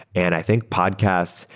and i think podcasts,